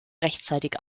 rechtzeitig